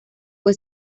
fue